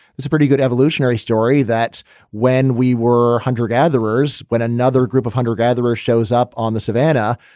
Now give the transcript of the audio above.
that's a pretty good evolutionary story that when we were hunter-gatherers, when another group of hunter-gatherers shows up on the savanna,